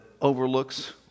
overlooks